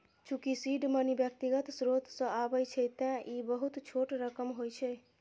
चूंकि seed money व्यक्तिगत स्रोत सं आबै छै, तें ई बहुत छोट रकम होइ छै